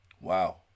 Wow